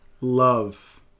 love